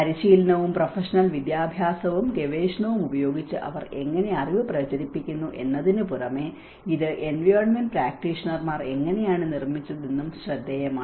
പരിശീലനവും പ്രൊഫഷണൽ വിദ്യാഭ്യാസവും ഗവേഷണവും ഉപയോഗിച്ച് അവർ എങ്ങനെ അറിവ് പ്രചരിപ്പിക്കുന്നു എന്നതിന് പുറമെ ഇത് എൻവയോണ്മെന്റ്പ്രാക്ടീഷണർമാർ എങ്ങനെയാണ് നിർമ്മിച്ചത് എന്നതും ശ്രദ്ധേയമാണ്